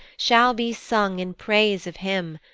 shall be sung in praise of him,